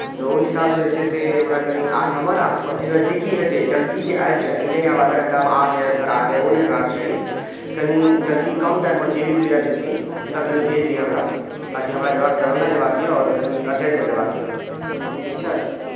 तऽ ओहि हिसाबसँ जे छै से हमरा कनि आस हमर आस पास जे नजदीकी हेतै जल्दी जे आबि जाय ई नहि आब आधा घण्टामए आ रहे हैं सर आ रहे हैं ओ नहि हेबाक चाही कनि जल्दी कम टाइममे जे भी कियो आबि जेथिन हुनका कनि भेज दिअ हमरा ताकि हमरा जेबाक दरभंगा जेबाक यए आओर कनि अर्जेंटमे जेबाक यए ठीक छै